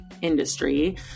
industry